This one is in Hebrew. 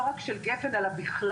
לא רק של גפ"ן אלה בכלל.